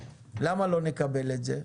למה לא נקבל את זה?